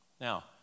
Now